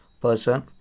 person